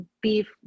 beef